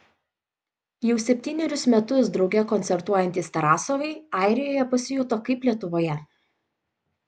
jau septynerius metus drauge koncertuojantys tarasovai airijoje pasijuto kaip lietuvoje